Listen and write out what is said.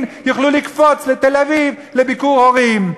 יוכלו לקפוץ לתל-אביב לביקור הורים,